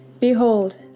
Behold